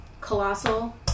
Colossal